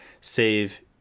save